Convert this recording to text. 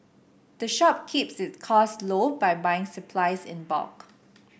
the shop keeps its costs low by buying its supplies in bulk